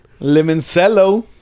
Limoncello